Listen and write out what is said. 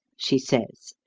she says,